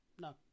No